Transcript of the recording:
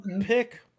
Pick